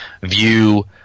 view